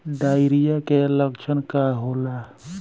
Diarrhoea के लक्षण का होला?